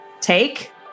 take